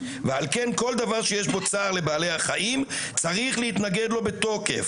ועל כן כל דבר שיש בו צער לבעלי החיים צריך להתנגד לו בתוקף.